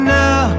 now